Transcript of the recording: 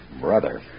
brother